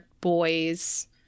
boys